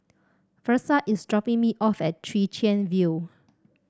Versa is dropping me off at Chwee Chian View